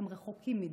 הם רחוקים מדי.